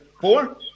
Four